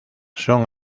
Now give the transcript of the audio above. son